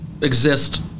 exist